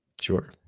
Sure